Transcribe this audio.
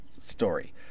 story